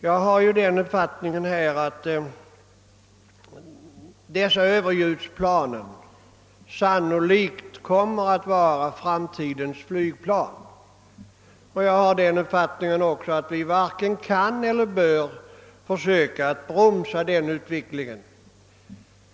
Jag har den uppfattningen att dessa överljudsplan sannolikt blir framtidens flygplan och att vi varken kan eller bör bromsa utvecklingen.